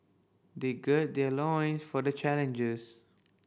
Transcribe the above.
they gird their loins for the challenges